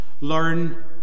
learn